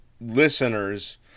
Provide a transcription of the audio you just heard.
listeners